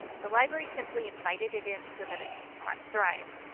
the library simply invited it in so that it could thrive.